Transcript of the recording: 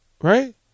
right